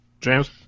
James